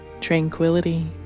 Tranquility